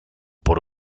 por